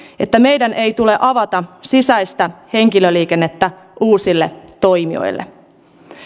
että meidän ei tule avata sisäistä henkilöliikennettä uusille toimijoille